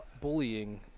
bullying